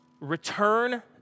return